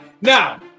Now